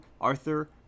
Arthur